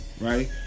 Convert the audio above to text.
Right